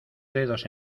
dedos